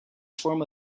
form